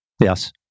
Yes